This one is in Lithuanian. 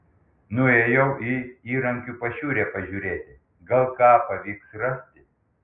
nuėjau į įrankių pašiūrę pažiūrėti gal ką pavyks rasti